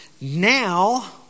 now